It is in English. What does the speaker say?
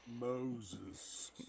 Moses